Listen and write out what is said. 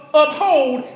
uphold